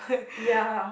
ya